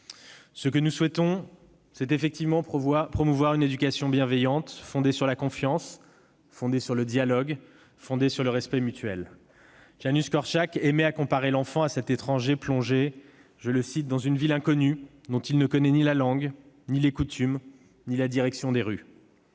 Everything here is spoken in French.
Ce que nous souhaitons, c'est promouvoir une éducation bienveillante, fondée sur la confiance, le dialogue et le respect mutuel. Janusz Korczak aimait à comparer l'enfant à cet étranger plongé « dans une ville inconnue dont il ne connaît ni la langue, ni les coutumes, ni la direction des rues